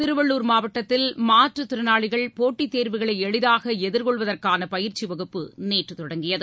திருவள்ளுர் மாவட்டத்தில் மாற்று திறனாளிகள் போட்டித் தேர்வுகளை எளிதாக எதிர்கொள்வதற்கான பயிற்சி வகுப்பு நேற்று தொடங்கியது